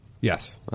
Yes